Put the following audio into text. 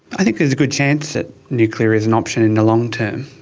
i think there's a good chance that nuclear is an option in the long-term,